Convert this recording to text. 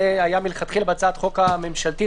זה היה מלכתחילה בהצעת חוק הממשלתית,